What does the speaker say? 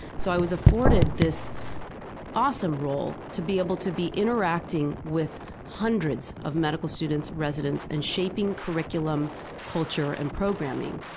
so i was afforded this awesome role, to be able to be interacting with hundreds of medical students and residents and shaping curriculum culture and programming.